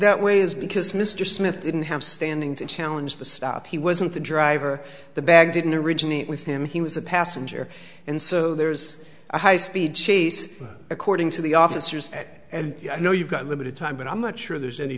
that way is because mr smith didn't have standing to challenge the stop he wasn't the driver the bag didn't originate with him he was a passenger and so there is a high speed chase according to the officers and i know you've got limited time but i'm not sure there's any